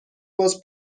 باز